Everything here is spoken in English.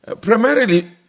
primarily